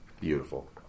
Beautiful